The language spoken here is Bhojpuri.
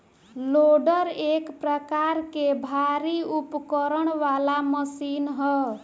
लोडर एक प्रकार के भारी उपकरण वाला मशीन ह